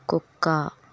కుక్క